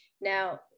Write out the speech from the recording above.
Now